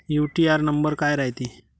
UTR number काय रायते?